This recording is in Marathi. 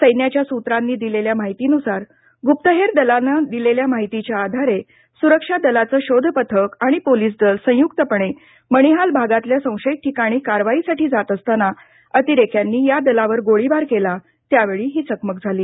सैन्याच्या सूत्रांनी दिलेल्या माहितीनुसार गुप्तहेर दलानं दिलेल्या माहितीच्या आधारे सुरक्षा दलाचं शोध पथक आणि पोलीस दल संयुक्तपणे मणीहाल भागातल्या संशयित ठिकाणी कारवाईसाठी जात असताना अतिरेक्यांनी या दलावर गोळीबार केला त्यावेळी ही चकमक झाली